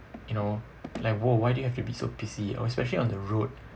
you know like !whoa! why do you have to be so pissy or especially on the road